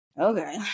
Okay